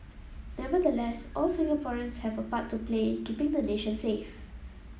nevertheless all Singaporeans have a part to play in keeping the nation safe